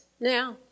now